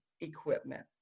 equipment